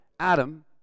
Adam